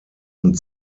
und